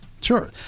sure